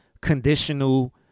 conditional